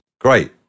Great